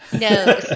No